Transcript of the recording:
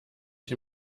ich